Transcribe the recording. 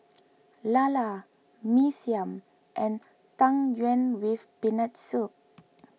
Lala Mee Siam and Tang Yuen with Peanut Soup